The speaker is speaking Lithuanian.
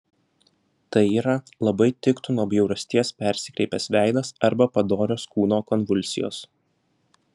tai yra labai tiktų nuo bjaurasties persikreipęs veidas arba padorios kūno konvulsijos